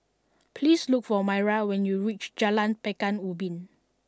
please look for Maira when you reach Jalan Pekan Ubin